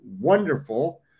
wonderful